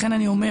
לכן אני אומר,